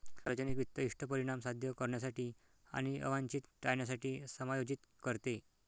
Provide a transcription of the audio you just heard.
सार्वजनिक वित्त इष्ट परिणाम साध्य करण्यासाठी आणि अवांछित टाळण्यासाठी समायोजित करते